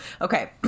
Okay